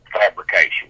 fabrication